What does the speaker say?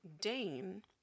dane